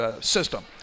System